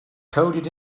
coded